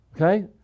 Okay